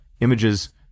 images